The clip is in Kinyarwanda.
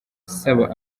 asaba